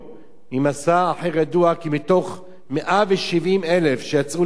ממסע אחר ידוע כי מתוך 170,000 שיצאו למסע,